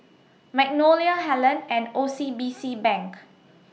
Magnolia Helen and O C B C Bank